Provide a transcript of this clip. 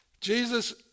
Jesus